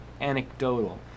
anecdotal